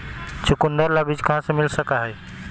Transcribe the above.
चुकंदर ला बीज कहाँ से मिल सका हई?